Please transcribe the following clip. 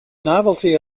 novelty